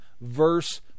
verse